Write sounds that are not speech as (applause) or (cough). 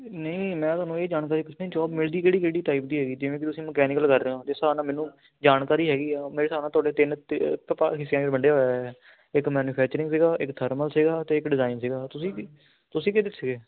ਨਹੀਂ ਮੈਂ ਤੁਹਾਨੂੰ ਇਹ ਜਾਣਕਾਰੀ ਪੁੱਛਣੀ ਜੋਬ ਮਿਲ ਜੂ ਕਿਹੜੀ ਕਿਹੜੀ ਟਾਈਪ ਦੀ ਹੈਗੀ ਜਿਵੇਂ ਕਿ ਤੁਸੀਂ ਮਕੈਨੀਕਲ ਕਰ ਰਹੇ ਹੋ ਜਿਸ ਹਿਸਾਬ ਨਾਲ ਮੈਨੂੰ ਜਾਣਕਾਰੀ ਹੈਗੀ ਆ ਮੇਰੇ ਹਿਸਾਬ ਨਾਲ ਤੁਹਾਡੇ ਤਿੰਨ ਤੇ (unintelligible) ਵਿਭਾਗ ਹਿੱਸਿਆਂ 'ਚ ਵੰਡਿਆ ਹੋਇਆ ਹੈ ਇੱਕ ਮੈਨੂੰਫੈਕਚਰਿੰਗ ਸੀਗਾ ਇੱਕ ਥਰਮਲ ਸੀਗਾ ਅਤੇ ਇੱਕ ਡਿਜ਼ਾਇਨ ਸੀਗਾ ਤੁਸੀਂ ਵੀ ਤੁਸੀਂ ਕਿਹਦੇ 'ਚ ਸੀਗੇ